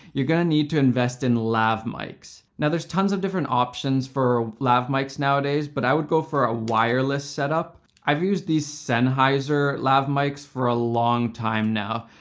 you're gonna need to invest in lav mics. now there's tons of different options for lav mics nowadays, but i would go for a wireless setup. i've used these sennheiser lav mics for a long time now.